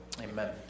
amen